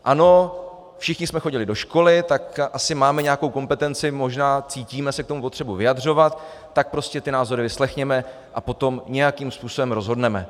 Ano, všichni jsme chodili do školy, tak asi máme nějakou kompetenci, možná cítíme potřebu se k tomu vyjadřovat, tak prostě ty názory vyslechněme a potom nějakým způsobem rozhodneme.